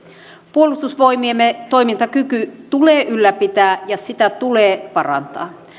puolustusvoimiemme toimintakyky tulee ylläpitää ja sitä tulee parantaa